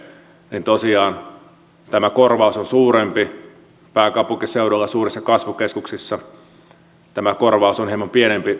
niin tosiaan tämä korvaus on suurempi pääkaupunkiseudulla suurissa kasvukeskuksissa missä on vaihtoehtoja huomattavasti enemmän tämä korvaus on hieman pienempi